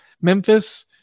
Memphis